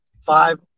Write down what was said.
five